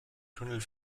tunnel